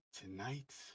Tonight